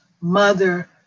mother